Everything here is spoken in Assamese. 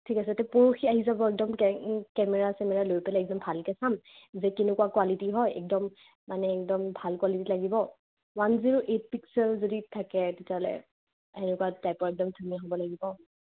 ঠিক আছে তে পৰহি আহি যাব একদম কে কেমেৰা চেমেৰা লৈ পেলাই একদম ভালকৈ চাম যে কেনেকুৱা কুৱালিটি হয় একদম মানে একদম ভাল কুৱালিটি লাগিব ওৱান জিৰ' এইট পিক্সেল যদি থাকে তেতিয়াহ'লে সেনেকুৱা টাইপৰ একদম ধুনীয়া হ'ব লাগিব